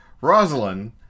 Rosalind